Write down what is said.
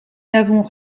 n’avons